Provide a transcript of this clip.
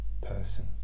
person